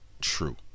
true